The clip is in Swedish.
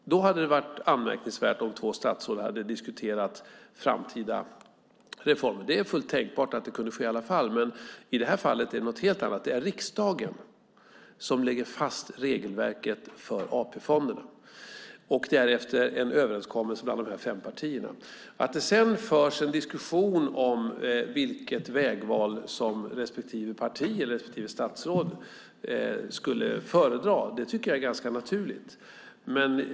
Då hade det varit anmärkningsvärt om två statsråd hade diskuterat framtida reformer. Det är fullt tänkbart att det kan ske i alla fall, men i det här fallet är det fråga om något helt annat. Det är riksdagen som lägger fast regelverket för AP-fonderna efter en överenskommelse bland de fem partierna. Att det sedan förs en diskussion om vilket vägval respektive parti eller statsråd skulle föredra tycker jag är naturligt.